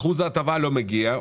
אחוז ההטבה לא מגיע.